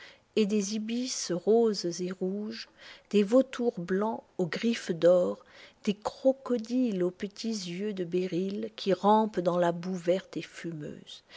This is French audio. et des ibis roses et rouges des vautours blancs aux griffes d'or des crocodiles aux petits yeux de béryl qui rampent dans la boue verte et fumeuse